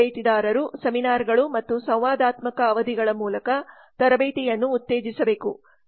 ತರಬೇತುದಾರರು ಸೆಮಿನಾರ್ಗಳು ಮತ್ತು ಸಂವಾದಾತ್ಮಕ ಅವಧಿಗಳ ಮೂಲಕ ತರಬೇತಿಯನ್ನು ಉತ್ತೇಜಿಸಬೇಕು